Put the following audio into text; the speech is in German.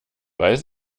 weiß